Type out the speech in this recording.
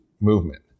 movement